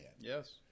Yes